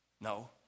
No